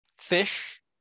fish